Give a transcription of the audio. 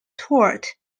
toured